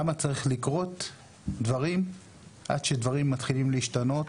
למה צריך שדברים יקרו עד שדברים מתחילים להשתנות?